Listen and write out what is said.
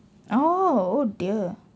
oh oh dear